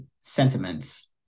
sentiments